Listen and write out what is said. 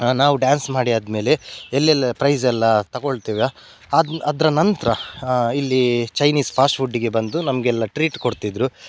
ನಾವು ಡ್ಯಾನ್ಸ್ ಮಾಡಿ ಆದ ಮೇಲೆ ಎಲ್ಲಿಲ್ಲಿ ಪ್ರೈಝೆಲ್ಲ ತಗೊಳ್ತೇವೆ ಅದು ಅದರ ನಂತರ ಇಲ್ಲಿ ಚೈನೀಸ್ ಫಾಸ್ಟ್ ಫುಡ್ಡಿಗೆ ಬಂದು ನಮಗೆಲ್ಲ ಟ್ರೀಟ್ ಕೊಡ್ತಿದ್ದರು